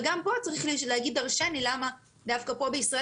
וגם פה צריך להגיד דרשני למה דווקא פה בישראל